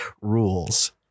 rules